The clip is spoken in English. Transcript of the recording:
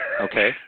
Okay